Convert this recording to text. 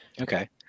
okay